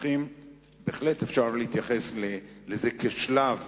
בהחלט אפשר להתייחס לזה כשלב